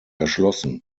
erschlossen